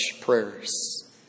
prayers